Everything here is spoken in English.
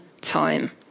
time